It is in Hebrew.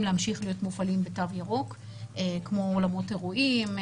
להמשיך להיות מופעלים בתו ירוק כמו אולמות אירועים,